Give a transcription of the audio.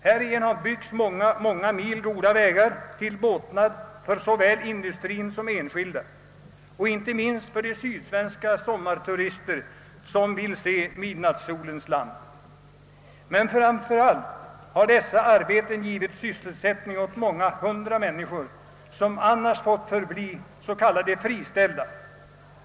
Härigenom har byggts många, många mil goda vägar till båtnad för såväl industri som enskilda och inte minst för de sydsvenska sommarturister, som vill se midnattssolens land. Men framför allt har dessa arbeten givit sysselsättning åt många hundra människor, som annars fått förbli s.k. friställda.